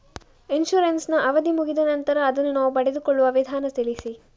Insurance ನ ಅವಧಿ ಮುಗಿದ ನಂತರ ಅದನ್ನು ನಾವು ಪಡೆದುಕೊಳ್ಳುವ ವಿಧಾನ ತಿಳಿಸಿ?